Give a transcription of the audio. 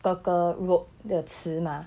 哥哥 wrote 的词吗